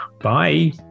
Bye